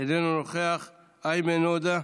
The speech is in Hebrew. איננו נוכח, איימן עודה,